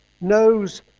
knows